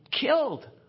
killed